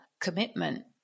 commitment